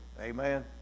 Amen